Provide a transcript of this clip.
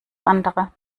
andere